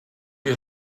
you